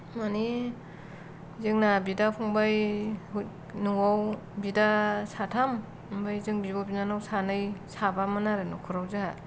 माने जोंना बिदा फंबाय न'आव बिदा साथाम ओमफाय जों बिब' बिनानाव सानै साबामोन आरो न'खराव जोंहा